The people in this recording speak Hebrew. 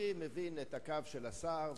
אני מבין את הקו של השר,